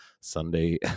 Sunday